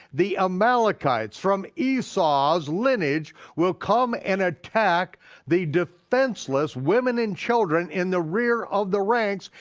the amalekites from esau's lineage will come and attack the defenseless women and children in the rear of the ranks,